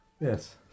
Yes